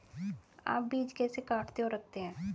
आप बीज कैसे काटते और रखते हैं?